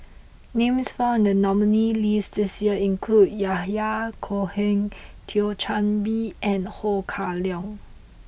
names found in the nominees' list this year include Yahya Cohen Thio Chan Bee and Ho Kah Leong